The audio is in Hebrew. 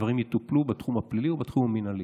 הדברים יטופלו בתחום הפלילי ובתחום המינהלי.